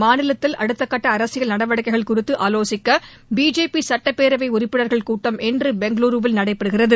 மாநிலத்தில் அடுத்தக்கட்ட அரசியல் நடவடிக்கைகள் குறிதது ஆலோசிக்க பிஜேபி சட்டப்பேரவை உறுப்பினர்கள் கூட்டம் இன்று பெங்களுருவில் நடைபெறுகிறது